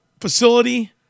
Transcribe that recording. facility